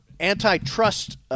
Antitrust